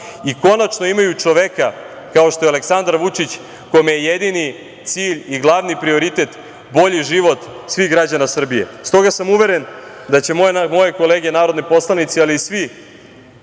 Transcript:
i konačno imaju čoveka kao što je Aleksandar Vučić, kome je jedini cilj i glavni prioritet bolji život svih građana Srbije.S toga sam uveren, da će moje kolege, narodni poslanici, ali i svi